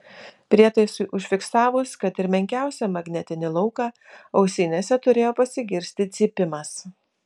prietaisui užfiksavus kad ir menkiausią magnetinį lauką ausinėse turėjo pasigirsti cypimas